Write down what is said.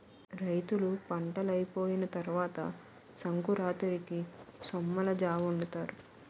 రైతులు పంటలైపోయిన తరవాత సంకురాతిరికి సొమ్మలజావొండుతారు